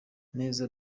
neza